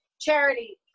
charity